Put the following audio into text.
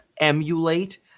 emulate